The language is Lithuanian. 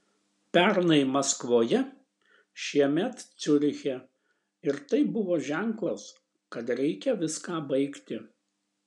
pernai maskvoje šiemet ciuriche ir tai buvo ženklas kad reikia viską baigti